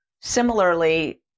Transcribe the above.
similarly